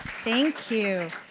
thank you.